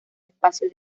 espacio